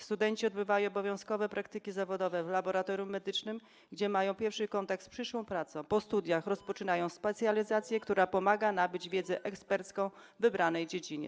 Studenci odbywają obowiązkowe praktyki zawodowe w laboratorium medycznym, gdzie mają pierwszy kontakt z przyszłą pracą, a po studiach rozpoczynają specjalizację, która pomaga nabyć wiedzę ekspercką w wybranej dziedzinie.